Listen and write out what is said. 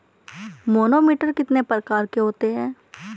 Manometer कितने प्रकार के होते हैं?